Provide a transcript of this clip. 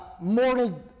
mortal